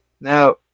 Now